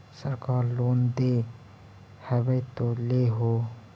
सरकार लोन दे हबै तो ले हो?